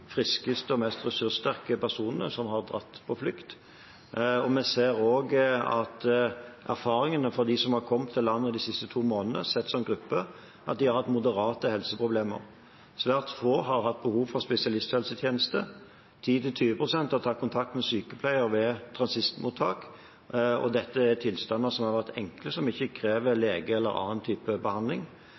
friskeste og mest ressurssterke personene som har dratt på flukt, og vi ser også av erfaring at de som har kommet til landet de siste to månedene, sett som gruppe, har hatt moderate helseproblemer. Svært få har hatt behov for spesialisthelsetjeneste. 10–20 pst. har tatt kontakt med sykepleier ved transittmottak, og dette er tilstander som har vært enkle, som ikke krever lege eller annen type behandling.